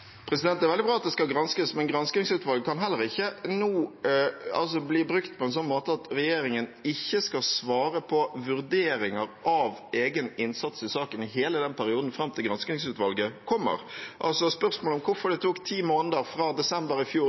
Det er veldig bra at det skal granskes, men granskingsutvalg kan heller ikke nå bli brukt på en sånn måte at regjeringen ikke skal svare på vurderinger av egen innsats i saken i hele perioden fram til granskingsutvalget kommer med svar. Altså: Spørsmålet er hvorfor det tok ti måneder, fra desember i fjor